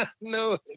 no